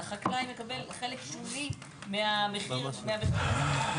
החקלאי מקבל חלק שולי מהמחיר --- יש